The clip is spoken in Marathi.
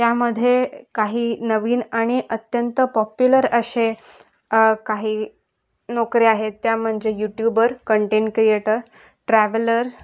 त्यामध्ये काही नवीन आणि अत्यंत पॉप्युलर असे काही नोकऱ्या आहेत त्या म्हणजे यूट्यूबर कंटेंट क्रिएटर ट्रॅवलर